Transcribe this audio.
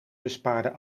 bespaarde